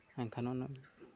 ᱮᱱᱠᱷᱟᱱ ᱦᱩᱱᱟᱹᱝ